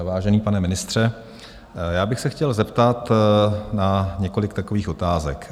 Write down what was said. Vážený pane ministře, já bych se chtěl zeptat na několik takových otázek.